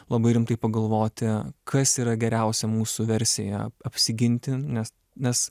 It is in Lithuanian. labai rimtai pagalvoti kas yra geriausia mūsų versija apsiginti nes nes